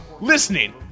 Listening